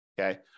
Okay